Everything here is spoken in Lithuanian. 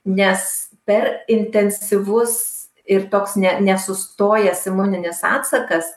nes per intensyvus ir toks ne nesustojęs imuninis atsakas